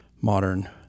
modern